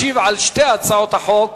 ישיב על שתי הצעות החוק